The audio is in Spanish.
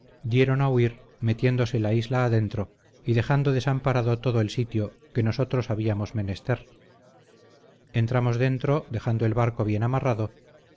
dieron a huir metiéndose la isla adentro y dejando desamparado todo el sitio que nosotros habíamos menester entramos dentro dejando el barco bien amarrado